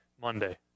Monday